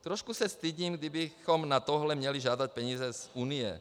Trošku se stydím, kdybychom na tohle měli žádat peníze z Unie.